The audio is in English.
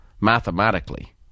mathematically